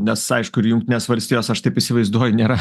nes aišku ir jungtinės valstijas aš taip įsivaizduoju nėra